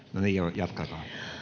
jatkakaa